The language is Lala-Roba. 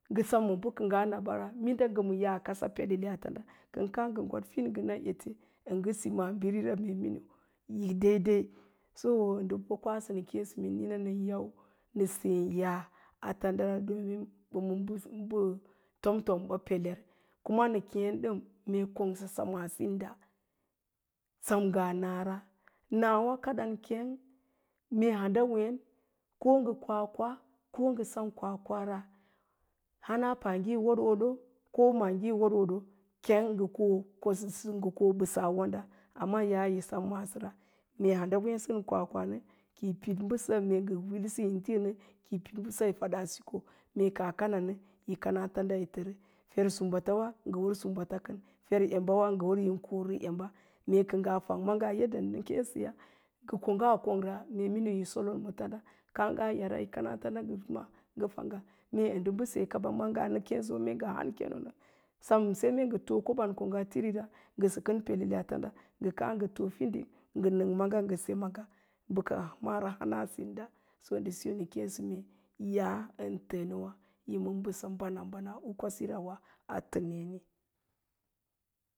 Kə ngə káá ngə gwat fin ngə na ete, ə ngə si maabirira, yi daidai so, ndə bo kwasə na kéésə mee niina nən yausə nə séé ya'a a tandawa, mee aɓa ma mbə tomtomɓa peler, nə kéén ɗana yi sem ngaa na ra. Nawá yi kadan keng, mee handawéen ko ngə kwakwa, ko ngə sem kwakwa ra, hana paageya yi woɗwoɗo, hana maage yo woɗwoɗo kang nə ko bəsə a wanda, amma ya'a yi sem maasora, mee hamda wéesən kwakwa nə ki yi piɗ ɓəsa mee ngə wilsə intíín ki yi piɗ yi faɗaa sikoo, mee kaa kanannə koyi kana tarda yi təra fer sumbatawa gə wər sumbata yi kən fer embawa ngə wər yin korə emɓa, mee kə ngaa fang gə ngaa yadda nən kéésəya ngə ko'ngan kongra mee miniu yi solon ma tanɗar kə ngə káá ngaa yara yi kana tanda nga ma ngə fangga, mee ndə mbəseyaa kaɓa maa ngaa nə kéésə mee ngə han kéénən ngə gwada, sem ngə too koɓaan ko ngagtirig ra kən pelel a tanda ngə káá ngə too fining ngə nəng maaga ngə se maaga bəka mara kanaa finda, ndə siso nə kéésə mee ya'a ən tənəwá ima mbəsa banabana u kwasirawa a tənewá.